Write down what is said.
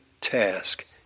task